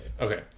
Okay